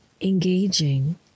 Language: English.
engaging